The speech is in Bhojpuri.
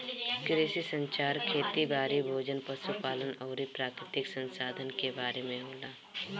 कृषि संचार खेती बारी, भोजन, पशु पालन अउरी प्राकृतिक संसधान के बारे में होला